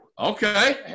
Okay